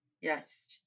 Yes